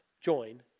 join